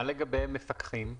מה לגבי מפקחים?